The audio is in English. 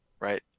right